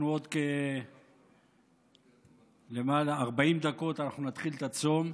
עוד כ-40 דקות אנחנו נתחיל את הצום,